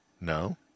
no